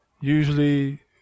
Usually